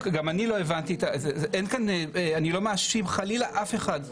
נעה, גם אני לא הבנתי, אני לא מאשים חלילה אף אחד.